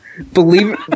Believe